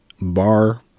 bar